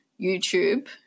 YouTube